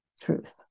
truth